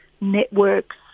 networks